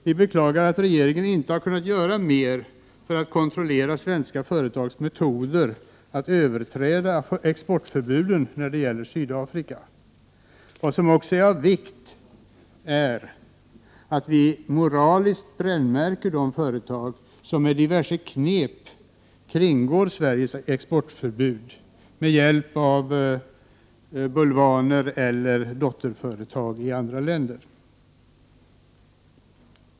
Vi beklagar att regeringen inte har kunnat göra mer för att kontrollera svenska företags metoder att överträda exportförbudet när det gäller Sydafrika. Vad som också är av vikt är att vi moraliskt brännmärker de företag som med diverse knep kringgår Sveriges exportförbud med hjälp av bulvaner eller dotterföretag i andra länder. Herr talman!